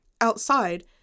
outside